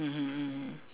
mmhmm mm